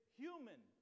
human